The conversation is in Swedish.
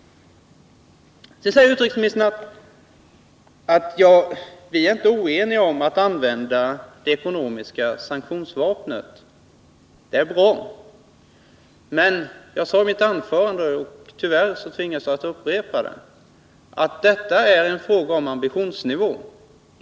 Utrikesministern sade att vi inte är oeniga om att använda det ekonomiska sanktionsvapnet — och det är bra. Men jag sade i mitt anförande, och tvingas tyvärr att upprepa det, att det är en fråga om ambitionsnivå.